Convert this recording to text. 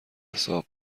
حساب